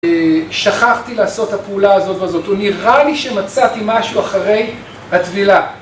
שכחתי לעשות את הפעולה הזאת והזאת, או נראה לי שמצאתי משהו אחרי הטבילה